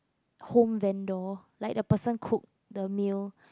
home vendor like the person cook the meal